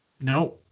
No